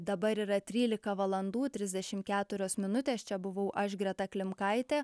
dabar yra trylika valandų trisdešimt keturios minutės čia buvau aš greta klimkaitė